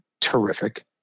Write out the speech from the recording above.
terrific